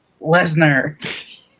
lesnar